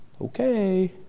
Okay